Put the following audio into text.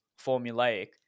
formulaic